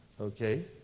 Okay